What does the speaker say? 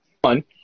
One